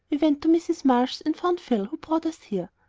we went to mrs. marsh's and found phil, who brought us here.